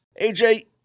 AJ